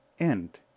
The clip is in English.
End